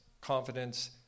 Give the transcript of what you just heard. confidence